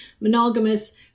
monogamous